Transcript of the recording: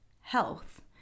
health